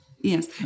Yes